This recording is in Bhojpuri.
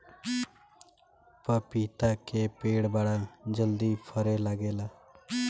पपीता के पेड़ बड़ा जल्दी फरे लागेला